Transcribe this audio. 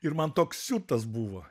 ir man toks siutas buvo